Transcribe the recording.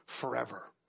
forever